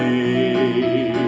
am